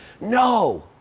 no